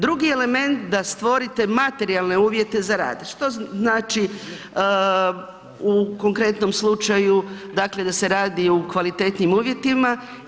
Drugi element da stvorite materijalne uvjete za rad, što znači u konkretnom slučaju dakle da se radi u kvalitetnim uvjetima.